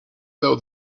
though